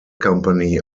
company